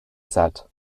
set